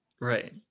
Right